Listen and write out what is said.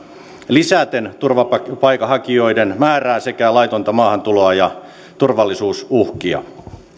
lisäten turvapaikanhakijoiden määrää sekä laitonta maahantuloa ja turvallisuusuhkia